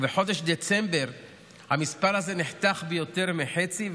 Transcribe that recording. ובחודש דצמבר המספר הזה נחתך ביותר מחצי,